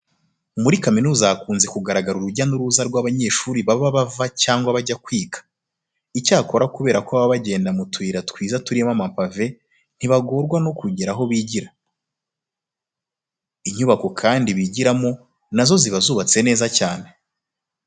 Muri kaminuza hakunze kugaragara urujya n'uruza rw'abanyeshuri baba bava cyangwa bajya kwiga. Icyakora kubera ko baba bagenda mu tuyira twiza turimo amapave ntibagorwa no kugera aho bigira. Inyubako kandi bigiramo na zo ziba zubatse neza cyane.